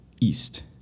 east